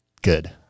good